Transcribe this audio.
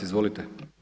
Izvolite.